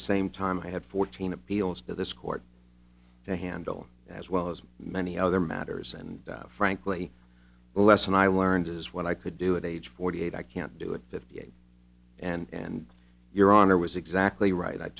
the same time i had fourteen appeals to this court to handle as well as many other matters and frankly the lesson i learned is what i could do it at age forty eight i can't do it fifty eight and your honor was exactly right i